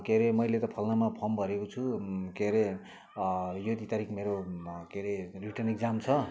के रे मैले त फलानामा फर्म भरेको छु के अरे यो यति तारिक मेरो के अरे रिटन इक्जाम छ